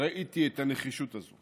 ראיתי את הנחישות הזו